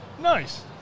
Nice